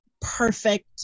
perfect